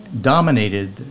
dominated